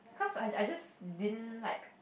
cause I I just didn't like